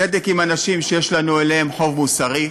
צדק עם אנשים שיש לנו להם חוב מוסרי,